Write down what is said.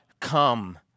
come